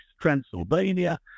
Transylvania